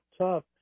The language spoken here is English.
tough